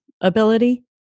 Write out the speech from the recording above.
ability